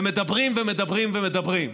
ומדברים ומדברים ומדברים,